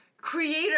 Creator